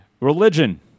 Religion